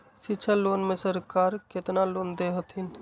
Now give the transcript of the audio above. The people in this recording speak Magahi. शिक्षा लोन में सरकार केतना लोन दे हथिन?